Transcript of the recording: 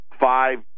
five